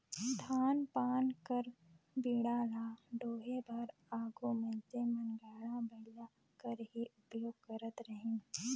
धान पान कर बीड़ा ल डोहे बर आघु मइनसे मन गाड़ा बइला कर ही उपियोग करत रहिन